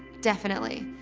definitely.